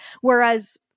Whereas